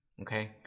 Okay